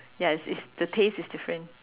ya it's it's the taste it's different